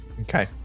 Okay